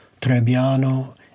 Trebbiano